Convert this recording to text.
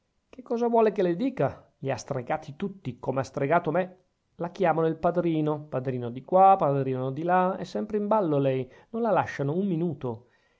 che cosa vuole che le dica li ha stregati tutti come ha stregato me la chiamano il padrino padrino di qua padrino di là è sempre in ballo lei non la lasciano un minuto